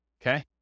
Okay